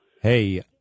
Hey